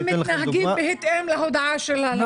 הם מתנהגים בהתאם להודעה של הלמ"ס.